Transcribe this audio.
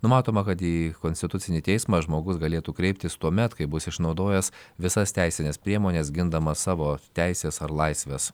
numatoma kad į konstitucinį teismą žmogus galėtų kreiptis tuomet kai bus išnaudojęs visas teisines priemones gindamas savo teises ar laisves